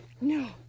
No